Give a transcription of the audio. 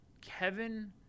Kevin